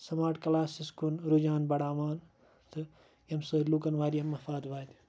smart classes کُن رُجہان بَڑاوان تہٕ ییٚمہِ سۭتۍ لُکَن واریاہ مَفاد واتہِ